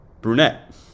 Brunette